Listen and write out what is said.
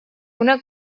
una